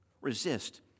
Resist